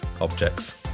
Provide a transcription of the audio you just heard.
objects